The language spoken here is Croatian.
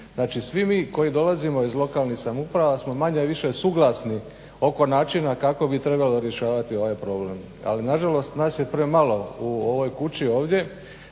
Znači, svi mi koji dolazimo iz lokalnih samouprava smo manje-više suglasni oko načina kako bi trebalo rješavati ovaj problem. Ali, nažalost nas je premalo u ovoj kući ovdje